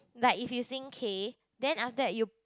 like if you sing K then after that you